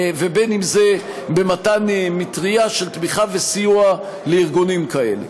ואם במתן מטרייה של תמיכה וסיוע לארגונים כאלה.